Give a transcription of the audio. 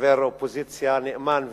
כחבר אופוזיציה נאמן ומתמיד,